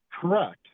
Correct